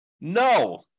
No